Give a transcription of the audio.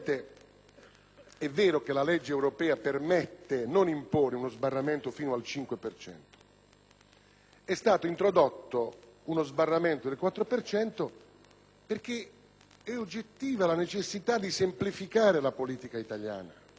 È stato introdotto uno sbarramento del 4 per cento perché è oggettiva la necessità di semplificare la politica italiana. Nella scorsa competizione elettorale nazionale,